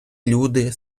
люди